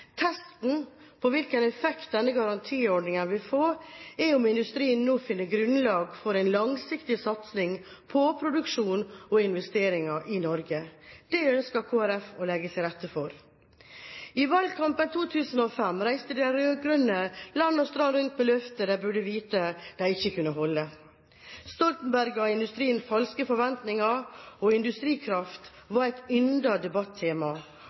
Testen på hvilken effekt denne garantiordningen vil få, er om industrien nå finner grunnlag for en langsiktig satsing på produksjon og investeringer i Norge. Det ønsker Kristelig Folkeparti å legge til rette for. I valgkampen i 2005 reiste de rød-grønne land og strand rundt med løfter de burde vite de ikke kunne holde. Stoltenberg ga industrien falske forventninger. Industrikraft var et yndet debattema, og rød-grønne løfter om et